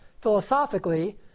philosophically